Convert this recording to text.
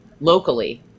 locally